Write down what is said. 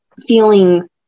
feeling